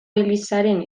elizaren